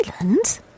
island